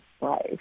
life